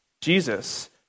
Jesus